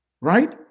Right